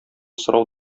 сорау